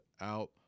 out